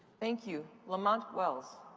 thank you. lamont wells.